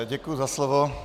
Děkuji za slovo.